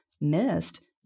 missed